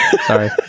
sorry